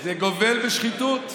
זה גובל בשחיתות.